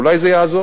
אולי זה יעזור,